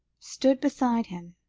stood beside him,